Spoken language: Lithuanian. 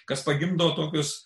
kas pagimdo tokius